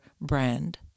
brand